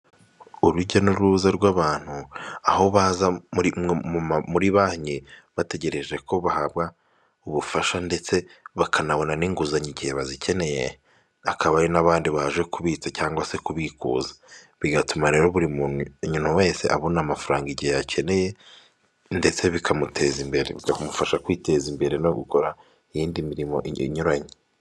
Urujya n'uruza rw'abantu aho baza muri banki bategereje ko bahabwa ubufasha ndetse bakanabona n'inguzanyo igihe bazikeneye, hakaba hari n'abandi baje kubitsa cyangwa se kubikuza, bigatuma rero buri muntu wese abona amafaranga igihe ayakeneye, ndetse bikamuteza imbere bikamufasha kwiteza imbere no gukora iyindi mirimo inyuranye.